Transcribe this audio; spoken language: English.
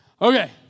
Okay